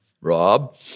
Rob